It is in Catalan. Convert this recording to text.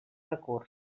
recurs